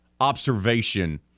observation